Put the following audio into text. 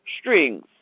strings